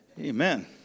Amen